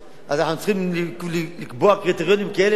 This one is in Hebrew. אנחנו צריכים לקבוע קריטריונים כאלה ואחרים